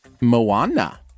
Moana